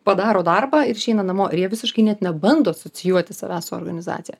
padaro darbą ir išeina namo ir jie visiškai net nebando asocijuoti savęs su organizacija